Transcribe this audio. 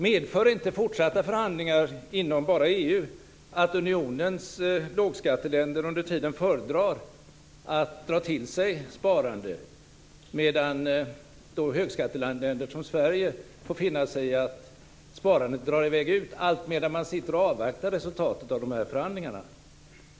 Medför inte fortsatta förhandlingar inom bara EU att unionens lågskatteländer under tiden föredrar att dra till sig sparande, medan högskatteländer som Sverige får finna sig i att sparandet försvinner utomlands, alltmedan man avvaktar resultatet av förhandlingarna?